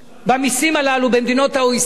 במסים הללו במדינות ה-OECD.